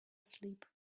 asleep